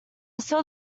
saw